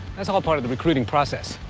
that's all part of the recruiting process.